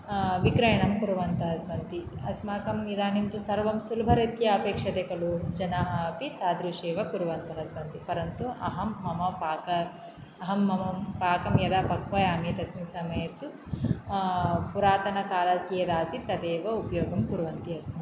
विक्रयणं कुर्वन्तः सन्ति अस्माकम् इदानीं तु सर्वं सुलभरीत्या अपेक्षते खलु जनाः अपि तादृशेव कुर्वन्तः सन्ति परन्तु अहं मम पाक अहं मम पाकं यदा पक्वयामि तस्मिन् समये तु पुरातनकालस्य यदासीत् तदेव उयोगं कुर्वन्ति अस्मि